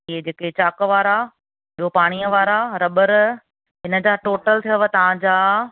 ईहे जेके चॉक वारा ॿियो पाणीअ वारा रॿर हिनजा टोटल थियव तव्हांजा